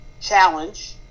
Challenge